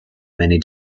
many